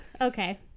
Okay